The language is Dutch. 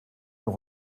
nog